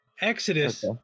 Exodus